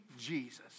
Jesus